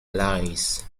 lines